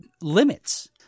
limits